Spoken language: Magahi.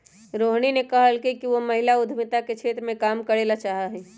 रोहिणी ने कहल कई कि वह महिला उद्यमिता के क्षेत्र में काम करे ला चाहा हई